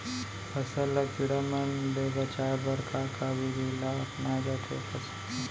फसल ल कीड़ा मन ले बचाये बर का का विधि ल अपनाये जाथे सकथे?